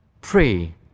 pray